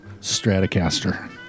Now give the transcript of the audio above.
Stratocaster